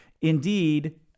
Indeed